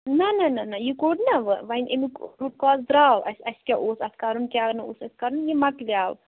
نہَ نہَ نہَ نہَ یہِ کوٚڈ نا وۅنۍ اَمیُک روٗٹ کاز درٛاو اَسہِ اَسہِ کیٛاہ اوس اَتھ کَرُن کیٛاہ نہَ اوس اَسہِ کَرُن یہِ مۅکلیٛاو